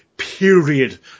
Period